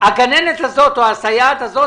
הגננת הזאת או הסייעת הזאת,